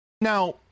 Now